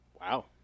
Wow